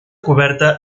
coberta